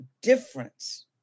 difference